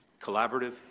collaborative